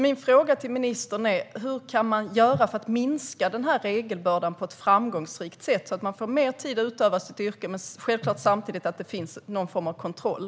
Min fråga till ministern är: Hur kan vi göra för att minska regelbördan på ett framgångsrikt sätt, så att man får mer tid att utöva sitt yrke men att det samtidigt självklart finns någon form av kontroll?